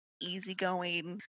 easygoing